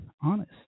honest